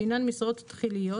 שהינן משרות תחיליות,